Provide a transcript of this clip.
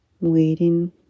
Waiting